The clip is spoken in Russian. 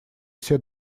все